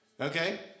Okay